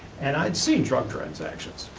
and i'd seen drug transactions.